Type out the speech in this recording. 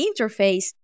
interface